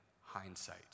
hindsight